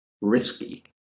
risky